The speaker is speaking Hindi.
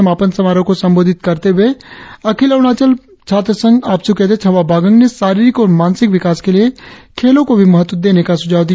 समापन समारोह को संबोधित करते हुए अखिल अरुणाचल छात्र संघ आपसू के अध्यक्ष हवा बागंग ने शारीरिक और मानसिक विकास के लिए खेलों को भी महत्व देने का सुझाव दिया